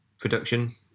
production